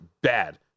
bad